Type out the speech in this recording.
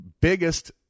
biggest